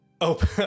open